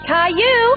Caillou